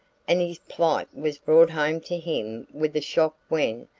and his plight was brought home to him with a shock when,